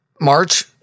March